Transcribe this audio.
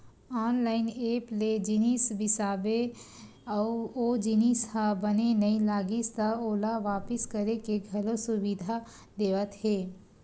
online app ले जिनिस बिसाबे अउ ओ जिनिस ह बने नइ लागिस त ओला वापिस करे के घलो सुबिधा देवत हे